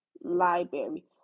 library